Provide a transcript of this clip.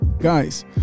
Guys